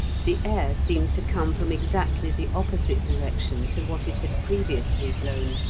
the air seemed to come from exactly the opposite direction to what it had previously blown,